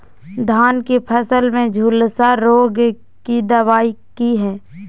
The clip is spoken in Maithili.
धान की फसल में झुलसा रोग की दबाय की हय?